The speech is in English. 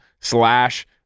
slash